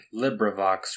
LibriVox